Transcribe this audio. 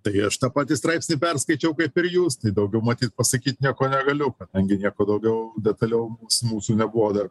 tai aš tą patį straipsnį perskaičiau kaip ir jūs tai daugiau matyt pasakyt nieko negaliu kadangi nieko daugiau detaliau mūsų nebuvo dar